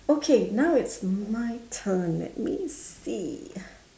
okay now it's my turn let me see